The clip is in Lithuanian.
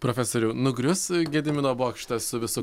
profesoriau nugrius gedimino bokštas su visu